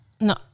No